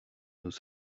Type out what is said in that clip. nous